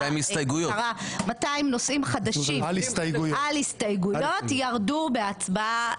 200 נושאים חדשים על הסתייגויות ירדו בהצבעה.